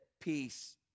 peace